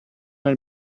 nel